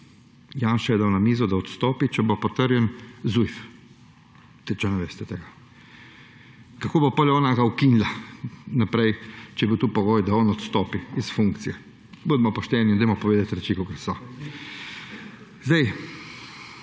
Janša je dal na mizo, da odstopi, če bo potrjen Zujf, če ne veste tega. Kako ga bo potem ona ukinila, če je bil to pogoj, da on odstopi iz funkcije. Bodimo pošteno, dajmo povedati reči, kakor so. Zujf